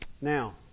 Now